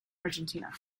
argentina